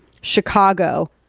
Chicago